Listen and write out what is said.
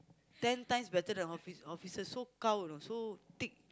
ten times better than office offices so gao you know so thick